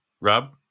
rob